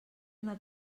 una